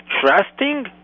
trusting